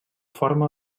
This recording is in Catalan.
forma